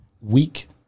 Weak